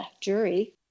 jury